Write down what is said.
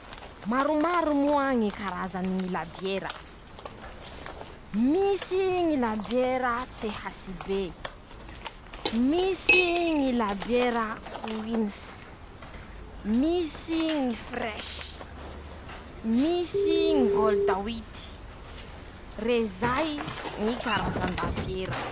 Maromaro moa ñy karazany ñy labiera: -Misy ñy labiera THB. misy ñy labiera Qweens. misy ñy fresh. misy ñy gold huit. rezay ñy karazan-dabiera.